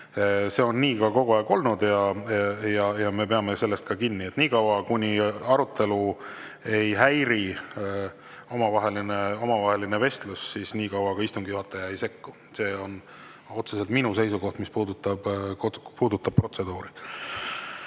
See on nii kogu aeg olnud ja me peame sellest kinni. Nii kaua, kuni arutelu või omavaheline vestlus ei häiri, istungi juhataja ei sekku. See on otseselt minu seisukoht, mis puudutab protseduuri.